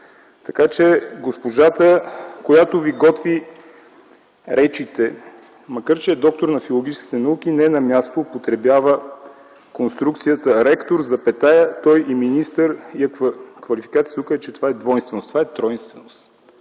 Така че госпожата, която Ви готви речите, макар че е доктор на филологическите науки не на място употребява конструкцията – ректор, той и министър, и квалификацията, тук е, че това е двойнственост – това е тройственост.